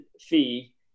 fee